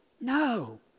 No